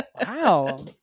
Wow